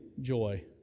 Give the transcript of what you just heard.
joy